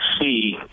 see